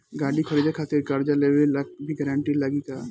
गाड़ी खरीदे खातिर कर्जा लेवे ला भी गारंटी लागी का?